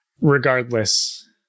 Regardless